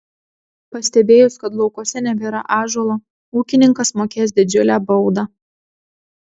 pastebėjus kad laukuose nebėra ąžuolo ūkininkas mokės didžiulę baudą